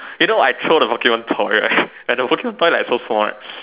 you know I throw the Pokemon toy right and the Pokemon toy like so small right